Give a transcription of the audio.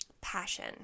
passion